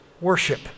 worship